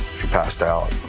she passed out.